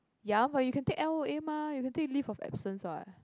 ya but you can take L_O_A mah you can take leave of absence what